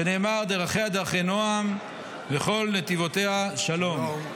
שנאמר: 'דרכיה דרכי נֹעם וכל נתיבֹתיה שלום'".